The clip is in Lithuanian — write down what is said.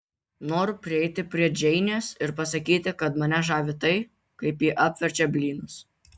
noriu prieiti prie džeinės ir pasakyti kad mane žavi tai kaip ji apverčia blynus